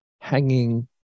hanging